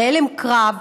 להלם קרב,